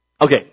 Okay